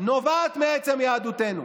נובעת מעצם יהדותנו.